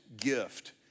gift